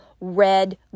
red